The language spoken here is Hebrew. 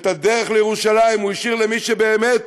ואת הדרך לירושלים הוא השאיר למי שבאמת